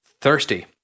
thirsty